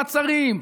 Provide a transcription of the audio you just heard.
מעצרים).